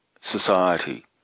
society